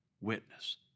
witness